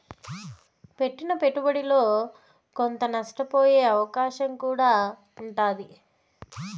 పెట్టిన పెట్టుబడిలో కొంత నష్టపోయే అవకాశం కూడా ఉంటాది